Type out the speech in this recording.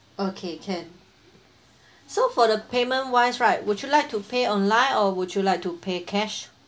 okay can so for the payment wise right would you like to pay online or would you like to pay cash